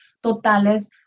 totales